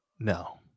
No